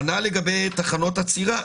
כנ"ל לגבי תכניות עצירה.